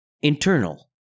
Internal